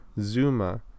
Zuma